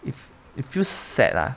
it f~ it feels sad lah